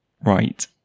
Right